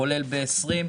כולל ב-2020,